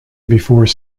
before